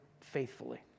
faithfully